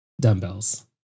Dumbbells